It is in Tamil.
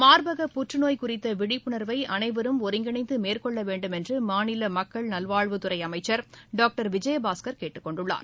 மார்பக புற்றுநோய் குறித்த விழிப்புணர்வை அனைவரும் ஒருங்கிணைந்து மேற்கொள்ள வேண்டுமென்று மாநில மக்கள் நல்வாழ்வுத்துறை அமைச்சர் டாக்டர் விஜயபாஸ்கர் கேட்டுக் கொண்டுள்ளார்